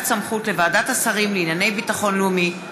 סמכות לוועדת השרים לענייני ביטחון לאומי),